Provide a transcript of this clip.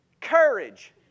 Courage